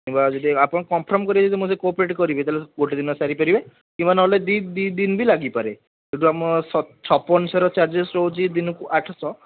କିମ୍ବା ଯଦି ଆପଣ କନ୍ଫର୍ମ୍ କରିକି ଯଦି ମୋତେ କୋପରେଟ୍ କରିବେ ତାହେଲେ ଗୋଟିଏ ଦିନରେ ସାରିପାରିବେ କିମ୍ବା ନହେଲେ ଦୁଇ ଦିନ୍ ବି ଲାଗିପାରେ କିନ୍ତୁ ଆମର ଛପନ ଶହର ଚାର୍ଜେସ୍ ରହୁଛି ଦିନକୁ ଆଠଶହ